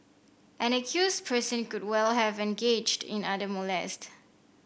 an accused person could well have engaged in other molest